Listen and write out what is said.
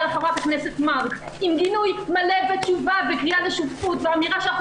לחברת הכנסת מארק עם גינוי מלא וקריאה לשותפות ואמירה שאנחנו